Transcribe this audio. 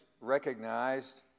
recognized